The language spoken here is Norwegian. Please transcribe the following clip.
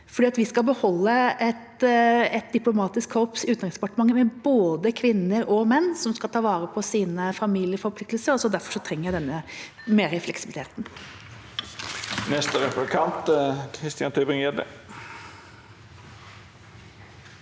vi skal beholde et diplomatisk korps i Utenriksdepartementet med både kvinner og menn som skal ta vare på sine familieforpliktelser. Derfor trenger jeg denne fleksibiliteten. Christian Tybring-Gjedde